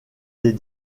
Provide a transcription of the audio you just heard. des